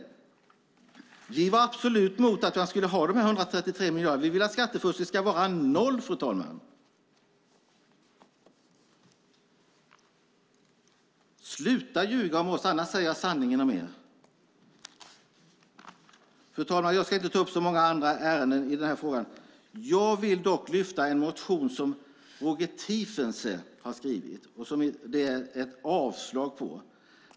Vi var absolut mot att dessa 133 miljarder skulle finnas. Vi vill, fru talman, att skattefusket ska vara noll! Sluta ljuga om oss - annars säger jag sanningen om er! Fru talman! Jag ska inte ta upp så många andra frågor, men jag vill lyfta upp en motion som Roger Tiefensee har skrivit och som utskottet föreslår avslag på.